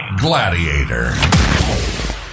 gladiator